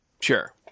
sure